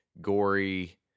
Gory